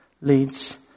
leads